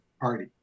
party